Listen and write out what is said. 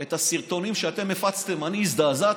את הסרטונים שאתם הפצתם, אני הזדעזעתי,